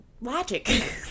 logic